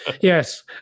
Yes